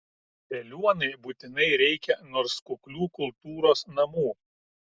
veliuonai būtinai reikia nors kuklių kultūros namų